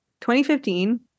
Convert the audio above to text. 2015